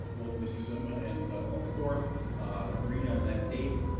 both mr. zima and alder dorff agreed on that date,